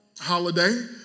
holiday